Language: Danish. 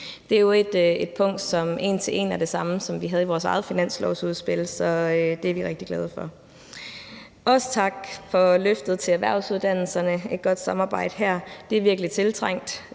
Det er jo et punkt, som en til en er det samme som det, vi havde i vores eget finanslovsudspil, så det er vi rigtig glade for. Også tak for løftet til erhvervsuddannelserne og et godt samarbejde her. Det er virkelig tiltrængt.